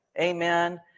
Amen